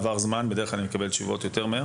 עבר זמן בדרך כלל אני מקבל תשובות יותר מהר